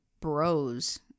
bros